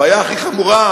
הבעיה הכי חמורה,